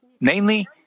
Namely